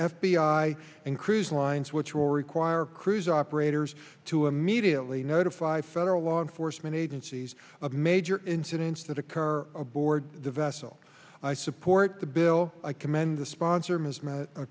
i and cruise lines which will require cruise operators to immediately notify federal law enforcement agencies of major incidents that occur aboard the vessel i support the bill i commend the sponsor